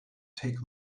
take